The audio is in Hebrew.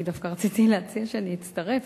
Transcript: כי דווקא רציתי להציע שאני אצטרף,